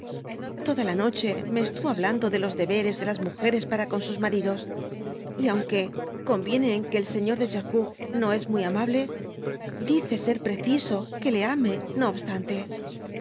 toda la noche me estayo hablando de k deberes de las múgeres para con sus maridos y aunque coiiyiene en le el señor de geroonrt no es muy amable dice ser preciso que le ame w obstante